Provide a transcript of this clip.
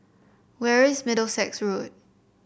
where is Middlesex Road